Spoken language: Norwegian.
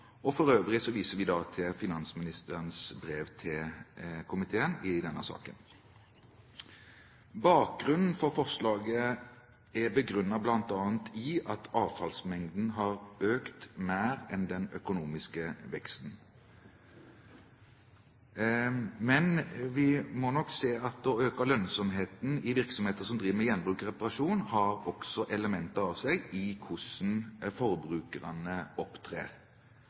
og reparasjon. For øvrig viser vi til finansministerens brev til komiteen i denne saken. Forslaget er begrunnet bl.a. i at avfallsmengden har økt mer enn den økonomiske veksten. Men vi må nok se at å øke lønnsomheten i virksomheter som driver med gjenbruk og reparasjon, har også elementer i seg i forhold til hvordan forbrukerne opptrer.